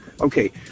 Okay